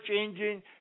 engine